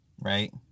right